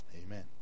Amen